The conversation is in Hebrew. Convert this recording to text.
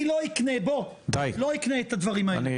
אני לא אקנה את הדברים האלו,